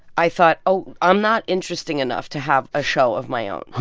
i thought, oh, i'm not interesting enough to have a show of my own.